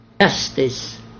Justice